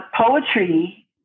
poetry